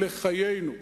לחיינו.